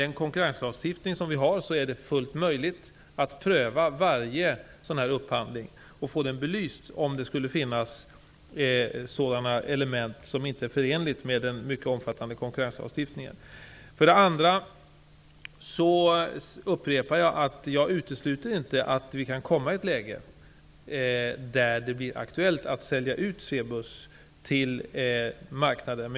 Genom konkurrenslagstiftningen är det fullt möjligt att pröva varje upphandling och få belyst om det finns sådana element som inte är förenliga med den mycket omfattande konkurrenslagstiftningen. Jag upprepar att jag inte utesluter att det kan uppstå ett läge där det blir aktuellt att sälja ut Swebus till marknaden.